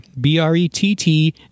B-R-E-T-T